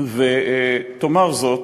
ותאמר זאת,